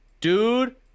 Dude